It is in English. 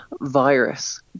virus